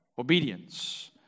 Obedience